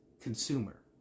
consumer